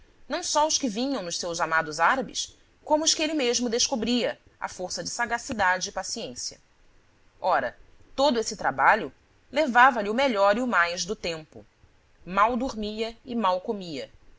não só os que vinham nos seus amados árabes como os que ele mesmo descobria à força de sagacidade e paciência ora todo esse trabalho levava-lhe o melhor e o mais do tempo mal dormia e mal comia